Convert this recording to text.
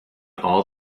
all